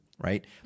Right